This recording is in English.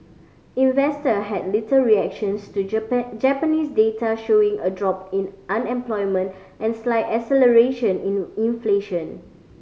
investor had little reactions to Japan Japanese data showing a drop in unemployment and slight acceleration in inflation